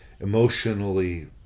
emotionally